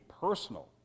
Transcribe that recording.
personal